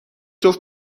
جفت